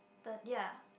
the ya